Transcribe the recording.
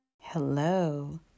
Hello